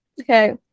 okay